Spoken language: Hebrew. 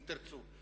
אם תרצו,